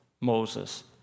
Moses